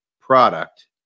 product